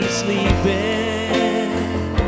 sleeping